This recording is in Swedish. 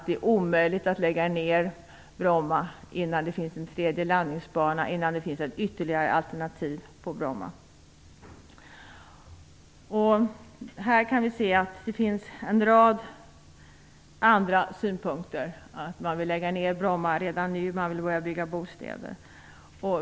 Det är omöjligt att lägga ner Bromma innan det finns en tredje landningsbana och innan det finns ett ytterligare alternativ. I det här sammanhanget finns det en rad synpunkter. Man vill lägga ner Bromma redan nu och börja bygga bostäder.